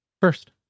first